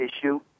issue